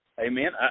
Amen